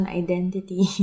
identity